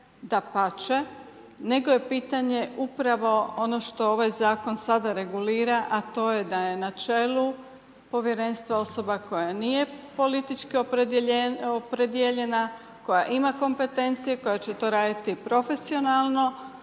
dapače, nego je pitanje upravo ono što ovaj zakon sada regulira a to je da je na čelu povjerenstva osoba koja nije politički opredijeljena, koja ima kompetencije, koja će to raditi profesionalno